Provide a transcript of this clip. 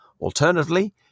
Alternatively